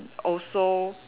also